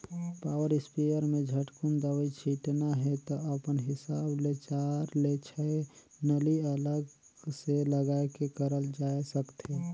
power sprayer में झटकुन दवई छिटना हे त अपन हिसाब ले चार ले छै नली अलग से लगाये के करल जाए सकथे